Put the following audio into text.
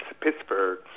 Pittsburgh